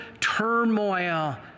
turmoil